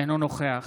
אינו נוכח